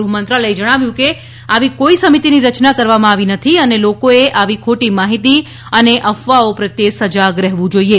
ગૃહમંત્રાલયે જણાવ્યું કે આવી કોઇ સમીતિની રચના કરવામાં આવી નથી અને લોકોએ આવી ખોટી માહિતી અને સફવાઓ પ્રત્યે સજાગ રહેવુ જોઇએ